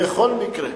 בכל מקרה,